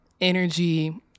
energy